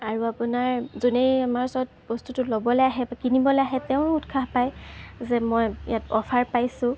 আৰু আপোনাৰ যোনেই আমাৰ ওচৰত বস্তুটো ল'বলৈ আহে কিনিবলৈ আহে তেওঁ উৎসাহ পায় যে মই ইয়াত অ'ফাৰ পাইছোঁ